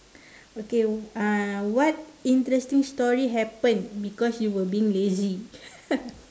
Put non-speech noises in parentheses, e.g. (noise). okay uh what interesting story happened because you were being lazy (laughs)